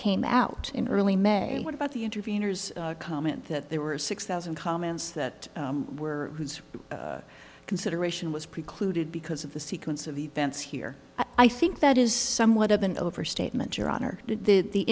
came out in early may what about the intervenors comment that there were six thousand comments that were consideration was precluded because of the sequence of events here i think that is somewhat of an overstatement your honor the